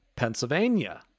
Pennsylvania